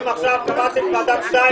בגלל שאתם עכשיו קבעתם ועדת סל תקבעו את הכול?